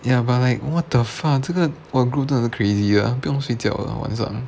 ya but like what the fuck 这个我 group 真的 crazy 的不用睡觉的晚上